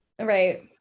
right